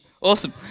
awesome